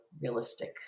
realistic